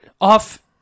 off